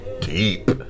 Deep